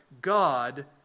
God